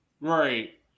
Right